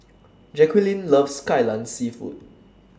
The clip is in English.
Jaquelin loves Kai Lan Seafood